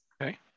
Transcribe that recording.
Okay